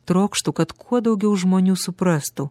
trokštu kad kuo daugiau žmonių suprastų